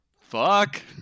Fuck